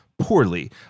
Poorly